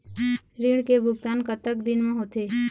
ऋण के भुगतान कतक दिन म होथे?